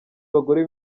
bagore